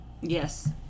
Yes